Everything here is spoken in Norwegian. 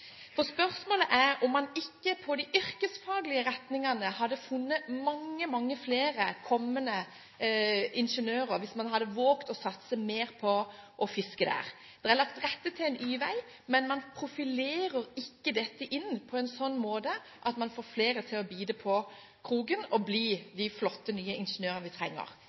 for spørsmålet er om man ikke hadde funnet mange flere kommende ingeniører hvis man hadde våget å satse mer på å fiske på de yrkesfaglige retningene. Det er lagt til rette for en Y-vei, men man profilerer ikke dette inn på en slik måte at man får flere til å bite på kroken og bli de flotte, nye ingeniørene vi trenger.